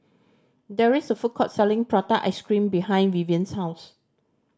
there is a food court selling prata ice cream behind Vivien's house